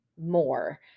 more